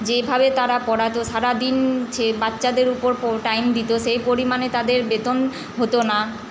যেভাবে তারা পড়াতো সারা দিন ছে বাচ্চাদের উপর পো টাইম দিত সেই পরিমাণে তাদের বেতন হতো না